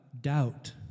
doubt